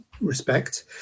respect